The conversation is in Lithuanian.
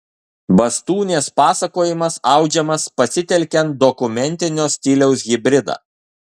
bastūnės pasakojimas audžiamas pasitelkiant dokumentinio stiliaus hibridą